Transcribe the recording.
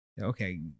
Okay